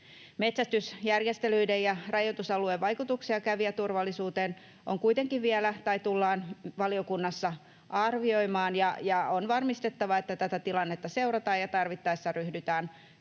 Metsästysjärjestelyiden ja rajoitusalueen vaikutuksia kävijäturvallisuuteen tullaan kuitenkin vielä valiokunnassa arvioimaan, ja on varmistettava, että tätä tilannetta seurataan ja tarvittaessa ryhdytään